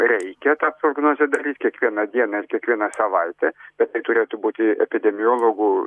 reikia tą prognozę daryt kiekvieną dieną kiekvieną savaitę bet tai turėtų būti epidemiologų